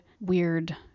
weird